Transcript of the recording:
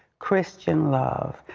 christian love,